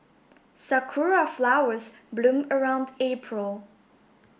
sakura flowers bloom around April